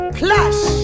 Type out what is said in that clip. plush